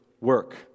work